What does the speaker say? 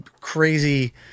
crazy